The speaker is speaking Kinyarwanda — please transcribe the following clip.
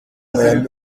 miami